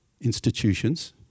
institutions